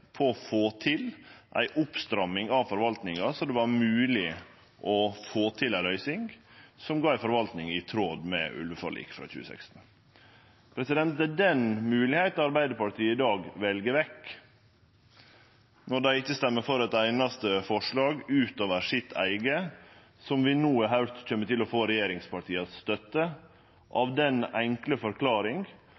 på å få til ei oppstramming av forvaltinga, sånn at det var mogleg å få til ei løysing som gav ei forvalting i tråd med ulveforliket frå 2016. Det er den moglegheita Arbeidarpartiet i dag vel vekk når dei ikkje stemmer for eit einaste forslag utover sitt eige, som vi no har høyrt kjem til å få støtte frå regjeringspartia